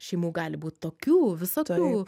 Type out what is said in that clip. šeimų gali būt tokių visokių